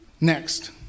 next